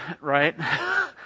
right